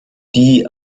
die